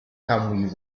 can